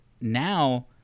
now